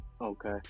Okay